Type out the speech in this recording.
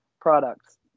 products